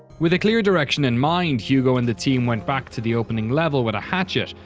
with a clear direction in mind hugo and the team went back to the opening level with a hatchet.